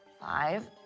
Five